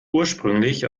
ursprünglich